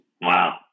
Wow